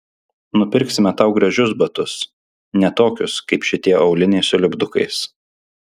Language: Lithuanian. nupirksime tau gražius batus ne tokius kaip šitie auliniai su lipdukais